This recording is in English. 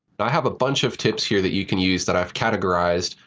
now i have a bunch of tips here that you can use that i've categorized,